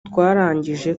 twarangije